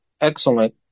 excellent